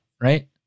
right